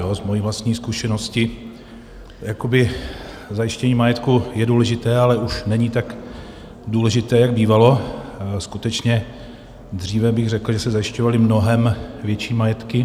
Z mojí vlastní zkušenosti zajištění majetku je důležité, ale už není tak důležité, jak bývalo skutečně dříve, bych řekl, že se zajišťovaly mnohem větší majetky.